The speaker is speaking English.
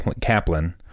Kaplan